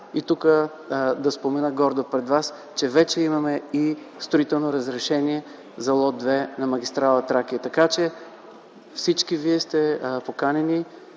гордо да спомена пред вас, че вече имаме и строително разрешение за лот 2 на магистрала „Тракия”. Всички вие сте поканени